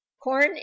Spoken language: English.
Corn